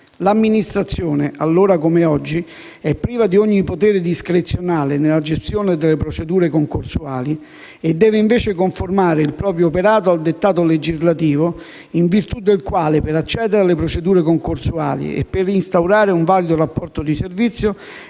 L'amministrazione, allora come oggi, è priva di ogni potere discrezionale nella gestione delle procedure concorsuali e deve invece conformare il proprio operato ai dettato legislativo in virtù del quale, per accedere alla procedure concorsuali e per instaurare un valido rapporto di servizio,